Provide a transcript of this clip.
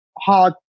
hard